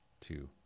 two